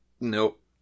Nope